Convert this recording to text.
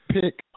pick